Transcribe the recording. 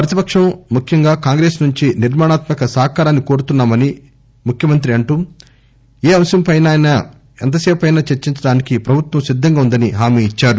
ప్రతిపక్షం ముఖ్యంగా కాంగ్రెస్ నుంచి నిర్మాణాత్మక సహకారాన్ని కోరుతున్నామని ముఖ్యమంత్రి అంటూ ఏ అంశంపైనా ఎంతసేపైనా చర్చించడానికి ప్రభుత్వం సిద్దంగా ఉందని హామియిచ్చారు